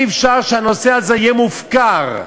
אי-אפשר שהנושא הזה יהיה מופקר.